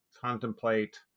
contemplate